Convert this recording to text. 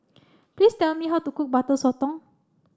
please tell me how to cook butter sotong